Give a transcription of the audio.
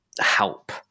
help